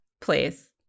Please